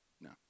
No